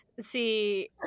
See